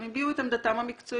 הם הביעו את עמדתם המקצועית